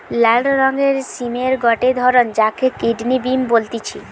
লাল রঙের সিমের গটে ধরণ যাকে কিডনি বিন বলতিছে